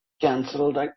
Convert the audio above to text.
cancelled